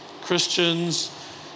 Christians